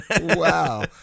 Wow